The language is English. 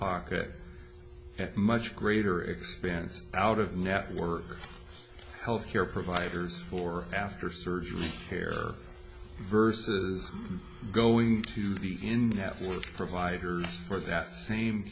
pocket at much greater expense out of network healthcare providers or after surgery here versus going to the internet provider for that same